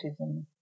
autism